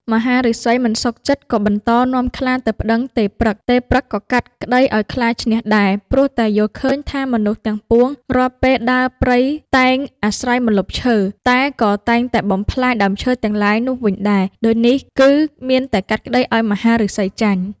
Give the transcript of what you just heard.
មហាឫសីមិនសុខចិត្តក៏បន្តនាំខ្លាទៅប្តឹងទេព្រឹក្ស ទេព្រឹក្សក៏កាត់ក្តីឱ្យខ្លាឈ្នះដែរ ព្រោះតែយល់ឃើញថាមនុស្សទាំងពួងរាល់ពេលដើរព្រៃតែងអាស្រ័យម្លប់ឈើ តែក៏តែតែងបំផ្លាញដើមឈើទាំងឡាយនោះវិញដែរ ដូចនេះគឺមានតែកាត់ក្តីឱ្យមហាឫសីចាញ់។